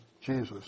Jesus